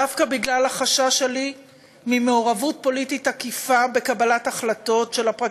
דווקא בגלל החשש שלי ממעורבות פוליטית עקיפה בקבלת החלטות של הפרקליטות,